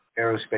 aerospace